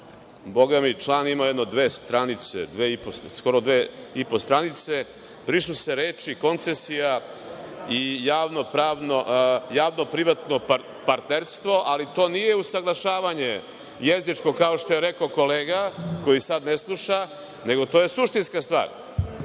Bogami, član ima skoro dve i po stranice. Brišu se reči: „koncesija i javno-privatno partnerstvo“, ali to nije usaglašavanje jezičko, kao što je rekao kolega koji sada ne sluša, nego je to suštinska stvar. Tu